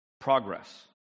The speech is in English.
Progress